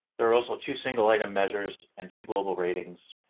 there're also two single-item measures and two global ratings.